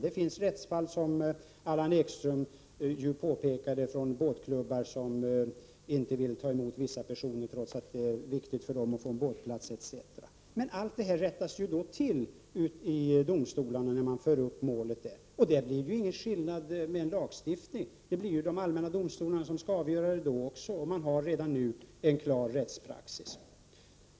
Det finns, som Allan Ekström påpekade, rättsfall från båtklubbar som inte vill ta emot vissa personer trots att det är viktigt för dessa att få båtplatser etc. Men sådant rättas ju till när målet förs upp i domstolen. Det blir därför ingen skillnad om det finns en ramlagstiftning. Det blir ändå de allmänna domstolarna som får avgöra fallen. Och redan nu finns, som nämnts, en rättspraxis.